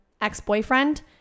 ex-boyfriend